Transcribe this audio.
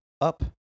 up